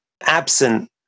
absent